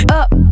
up